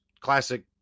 classic